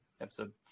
episode